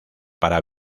para